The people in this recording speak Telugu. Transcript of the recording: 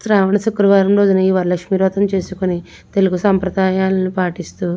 శ్రావణ శుక్రవారం రోజున ఈ వరలక్ష్మీ వ్రతం చేసుకుని తెలుగు సాంప్రదాయాలను పాటిస్తూ